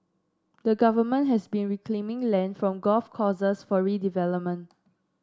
the Government has been reclaiming land from golf courses for redevelopment